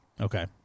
Okay